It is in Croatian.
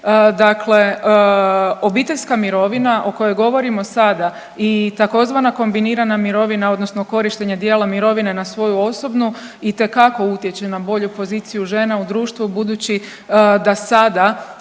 Dakle, obiteljska mirovina o kojoj govorimo sada i tzv. kombinirana mirovina, odnosno korištenje dijela mirovine na svoju osobnu itekako utječe na bolju poziciju žena u društvu budući da sada